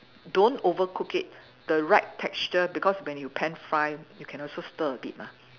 don't overcook it the right texture because when you pan fry you can also stir a bit mah